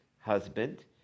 husband